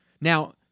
Now